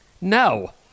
no